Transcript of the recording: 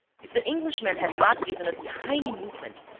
if the englishman had not given a tiny movement,